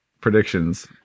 predictions